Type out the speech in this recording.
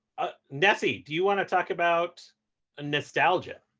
ah nessie, do you want to talk about ah nostalgia?